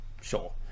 Sure